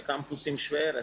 קמפוסים שווי ערך.